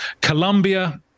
Colombia